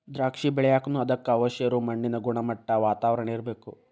ದ್ರಾಕ್ಷಿ ಬೆಳಿಯಾಕನು ಅದಕ್ಕ ಅವಶ್ಯ ಇರು ಮಣ್ಣಿನ ಗುಣಮಟ್ಟಾ, ವಾತಾವರಣಾ ಇರ್ಬೇಕ